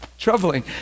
troubling